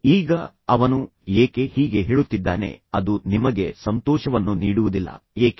ಈಗ ಅವನು ಏಕೆ ಹೀಗೆ ಹೇಳುತ್ತಿದ್ದಾನೆ ಅದು ನಿಮಗೆ ಸಂತೋಷವನ್ನು ನೀಡುವುದಿಲ್ಲ ಏಕೆ